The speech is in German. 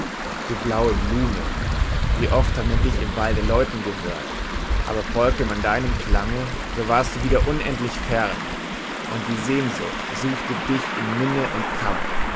du blaue blume wie oft hat man dich im walde läuten gehört aber folgte man deinem klange so warst du wieder unendlich fern und die sehnsucht suchte dich in minne und kampf